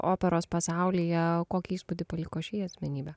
operos pasaulyje kokį įspūdį paliko ši asmenybė